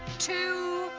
two,